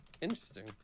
Interesting